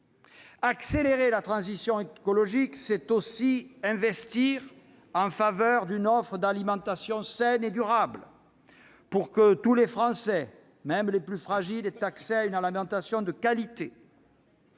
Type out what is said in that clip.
Accélérer la transition écologique, c'est investir également en faveur d'une offre d'alimentation saine et durable, pour que tous les Français, même les plus fragiles, aient accès à une alimentation de qualité.